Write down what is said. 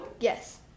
Yes